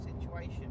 situation